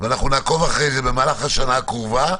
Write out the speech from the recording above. ונעקוב אחרי זה במהלך השנה הקרובה.